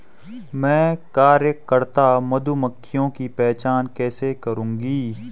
मैं कार्यकर्ता मधुमक्खियों की पहचान कैसे करूंगी?